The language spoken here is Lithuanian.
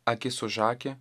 akis už akį